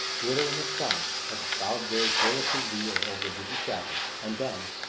glitter in the sun as the proud bird fearlessly wheels over the dizzy chasm, and then,